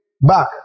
back